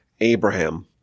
Abraham